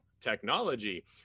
technology